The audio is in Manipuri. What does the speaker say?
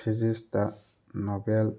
ꯐꯤꯖꯤꯛꯁꯇ ꯅꯣꯕꯦꯜ